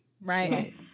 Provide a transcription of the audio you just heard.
Right